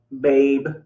babe